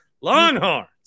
Longhorns